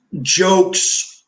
jokes